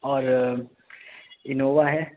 اور انووا ہے